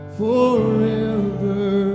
forever